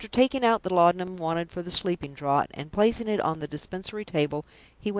after taking out the laudanum wanted for the sleeping draught, and placing it on the dispensary table,